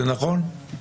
זה נכון?